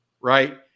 right